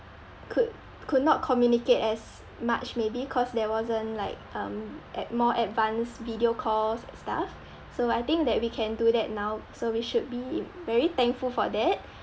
could could not communicate as much maybe cause there wasn't like um ad~ more advanced video calls and stuff so I think that we can do that now so we should be very thankful for that